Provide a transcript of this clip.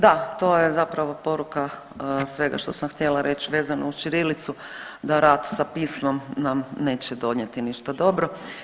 Da, to je zapravo poruka svega što sam htjela reć vezano uz ćirilicu da rat sa pismom nam neće donijeti ništa dobro.